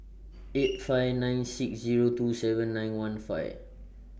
eight five nine six Zero two seven nine one five